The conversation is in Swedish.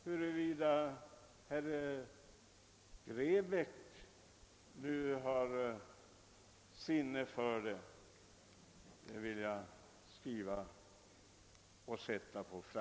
Huruvida herr Grebäck har sinne härför får framtiden utvisa.